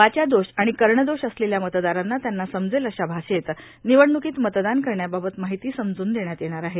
वाचा दोष आर्माण कणदोष असलेल्या मतदारांना त्यांना समजेल अशा भाषेत र्निवडणूकोत मतदान करण्याबाबत मार्ाहती समजून देण्यात येणार आहे